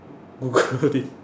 googled it